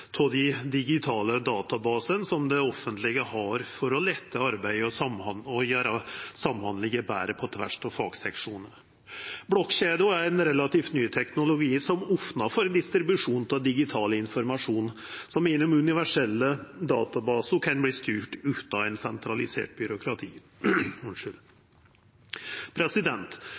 ta ut effektar av dei digitale databasane som det offentlege har for å letta arbeidet og gjera samhandlinga på tvers av fagseksjonane betre. Blokkjeder er ein relativ ny teknologi, som opnar for distribusjon av digital informasjon, som i dei universelle databasane kan verta styrt utan eit sentralisert byråkrati.